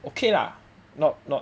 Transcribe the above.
okay lah not not